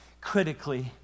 critically